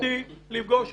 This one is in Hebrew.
לפגוש אותי,